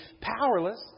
powerless